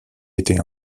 été